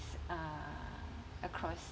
uh across